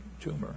tumor